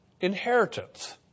inheritance